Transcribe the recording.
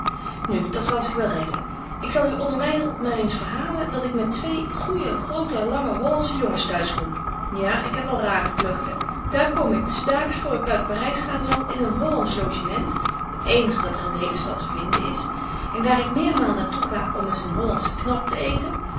u onbetje wolff en aagje deken historie van mejuffrouw sara burgerhart derwyl maar eens verhalen dat ik met twee goeje grote lange hollandsche jongens t'huis kom ja ik heb al rare klugten daar kom ik s daags voor ik uit parys gaan zal in een hollandsch logement het eenige dat er in de hele stad te vinden is en daar ik meermaal naar toe ga om eens hollandsche knap te eeten